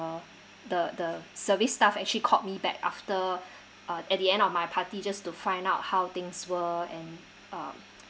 the the service staff actually called me back after uh at the end of my party just to find out how things were and um